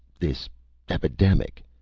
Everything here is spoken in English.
this epidemic.